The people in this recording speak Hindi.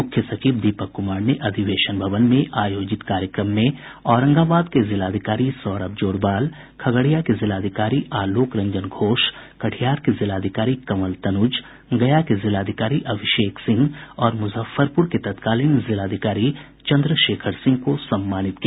मुख्य सचिव दीपक कुमार ने अधिवेशन भवन में आयोजित कार्यक्रम में औरंगाबाद के जिलाधिकारी सौरभ जोरवाल खगड़िया के जिलाधिकारी आलोक रंजन घोष कटिहार के जिलाधिकारी कंवल तनुज गया के जिलाधिकारी अभिषेक सिंह और मुजफ्फरपुर के तत्कालीन जिलाधिकारी चन्द्रशेखर सिंह को सम्मानित किया